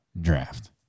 draft